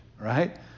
right